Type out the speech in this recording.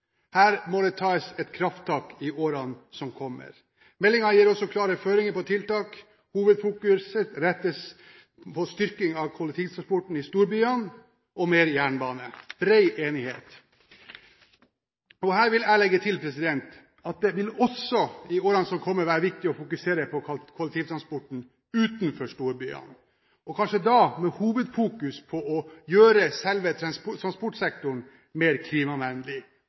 Her må det tas et krafttak i årene som kommer. Meldingen gir også klare føringer om tiltak. Hovedfokuset rettes mot styrking av kollektivtransporten i storbyene og mer jernbane. Her er det bred enighet. Jeg vil legge til at det i årene som kommer, også vil være viktig å fokusere på kollektivtransporten utenfor storbyene, kanskje med hovedfokus på å gjøre selve transportsektoren mer klimavennlig,